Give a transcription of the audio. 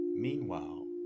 Meanwhile